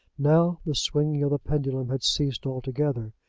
now the swinging of the pendulum had ceased altogether.